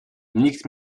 nikt